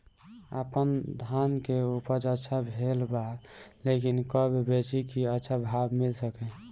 आपनधान के उपज अच्छा भेल बा लेकिन कब बेची कि अच्छा भाव मिल सके?